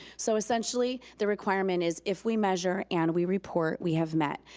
so essentially, the requirement is if we measure and we report, we have met.